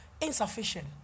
insufficient